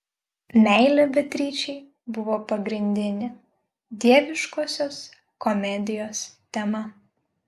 meilė beatričei buvo pagrindinė dieviškosios komedijos tema